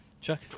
Chuck